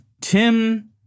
Tim